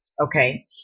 Okay